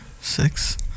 Six